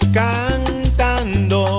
cantando